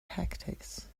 tactics